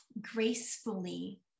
gracefully